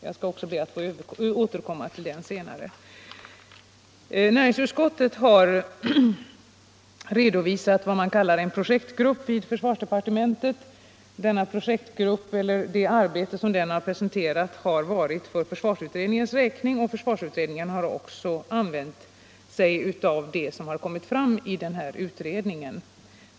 Jag skall också be att få återkomma till den senare. Näringsutskottet har redovisat förekomsten av vad man kallar en projektgrupp i försvarsdepartementet. Det arbete som denna projektgrupp har presenterat har skett för 1974 års försvarsutrednings räkning, och försvarsutredningen har också använt sig av det material som kommit fram i denna utredning.